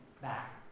back